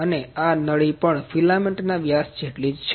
અને આ નળી પણ ફિલામેન્ટના વ્યાસ જેટલી જ છે